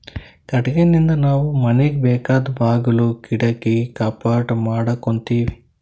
ಕಟ್ಟಿಗಿನಿಂದ್ ನಾವ್ ಮನಿಗ್ ಬೇಕಾದ್ ಬಾಗುಲ್ ಕಿಡಕಿ ಕಪಾಟ್ ಮಾಡಕೋತೀವಿ